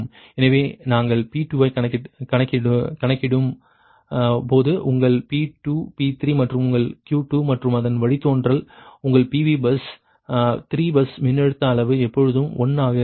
எனவே நாங்கள் P2 ஐக் கணக்கிடும் போது உங்கள் P2 P3 மற்றும் உங்கள் Q2 மற்றும் அதன் வழித்தோன்றல் உங்கள் PV பஸ் 3 பஸ் மின்னழுத்த அளவு எப்போதும் 1 ஆக இருக்கும்